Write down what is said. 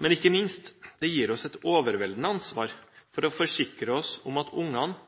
Men ikke minst, det gir oss et overveldende ansvar for å forsikre oss om at barna som er